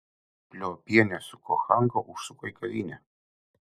pliopienė su kochanka užsuko į kavinę